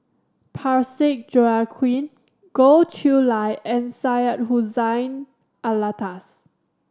Parsick Joaquim Goh Chiew Lye and Syed Hussein Alatas